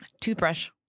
Toothbrush